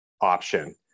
option